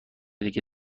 دیگه